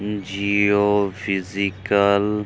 geophysical